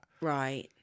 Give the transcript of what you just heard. right